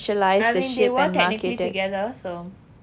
I mean they were technically together so